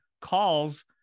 calls